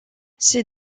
ces